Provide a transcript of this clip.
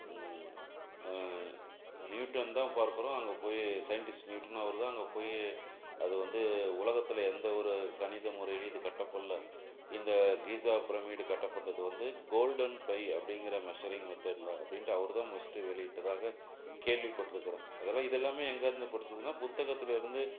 Newton தான் பார்க்குறோம் அங்கேப் போய் சயின்டிஸ்ட் நியூட்டன் அவர் தான் அங்கேப் போய் அது வந்து உலகத்தில் எந்த ஒரு கணித முறையிலையும் இது கட்டப்படல இந்த கீஸா பிரமீடு கட்டப்பட்டது வந்து கோல்டன் பை அப்படிங்கிற மெஷரிங் மெத்தேட்ல அப்படின்ட்டு அவர் தான் ஃபஸ்ட்டு வெளியிட்டதாக கேள்விப்பட்டிருக்குறோம் அதெல்லாம் இதெல்லாமே எங்கேருந்து படிச்சதுன்னால் புத்தகத்திலேருந்து